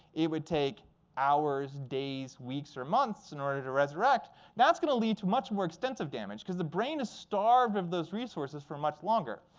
it would take hours, days, weeks or months in order to resurrect. and that's going to lead to much more extensive damage, because the brain is starved of those resources for much longer.